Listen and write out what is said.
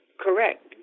correct